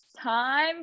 time